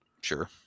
Sure